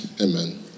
Amen